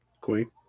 Queen